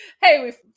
hey